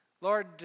Lord